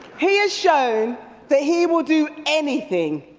he has shown that he will do anything,